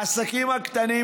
העסקים הקטנים,